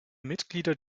mitglieder